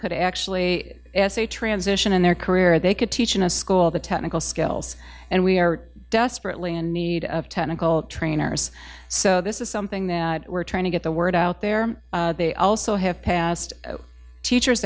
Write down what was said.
could actually say transition in their career they could teach in a school the technical skills and we are desperately in need of technical trainers so this is something that we're trying to get the word out there they also have past teachers